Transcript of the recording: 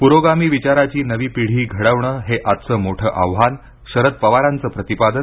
प्रोगामी विचाराची नवी पिढी घडवणं हे आजचं मोठं आव्हान शरद पवारांचं प्रतिपादन